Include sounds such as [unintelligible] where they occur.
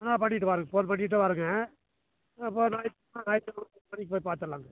ஆ பண்ணிட்டு வரேன் ஃபோன் பண்ணிட்டே வரேங்க ஆ [unintelligible] ஞாயித்துக்கிழம [unintelligible] போய் பார்த்துட்லாங்க